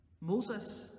Moses